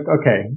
okay